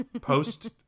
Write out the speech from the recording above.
post